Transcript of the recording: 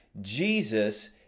Jesus